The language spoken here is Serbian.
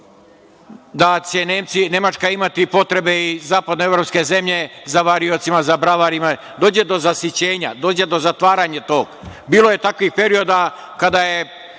da će Nemačka imati potrebe i zapadno-evropske zemlje za variocima, za bravarima. Dođe do zasićenja, dođe do zatvaranja toga. Bilo je takvih perioda kada je